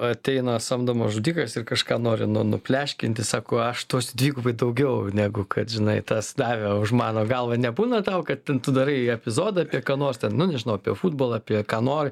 ateina samdomas žudikas ir kažką nori nu nu pleškinti sako aš duosiu dvigubai daugiau negu kad žinai tas davė už mano galvą nebūna tau kad ten darai epizodą apie ką nors ten nu nežinau apie futbolą apie ką nori